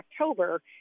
October